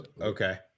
okay